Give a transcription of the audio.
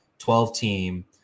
12-team